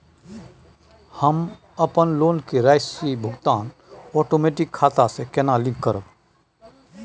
हम अपन लोन के राशि भुगतान ओटोमेटिक खाता से केना लिंक करब?